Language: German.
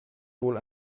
wohl